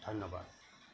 ধন্যবাদ